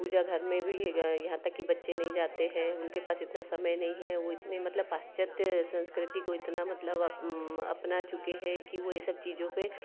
पूजाघर में भी ये यहाँ तक कि बच्चे नहीं जाते हैं उनके पास इतना समय नहीं है वो इतने मतलब पाश्चात्य संस्कृति को इतना मतलब अपना चुके हैं कि वो ये सब चीजों पे